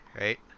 Right